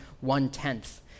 one-tenth